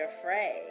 afraid